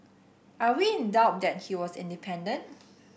are we in doubt that he was independent